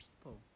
people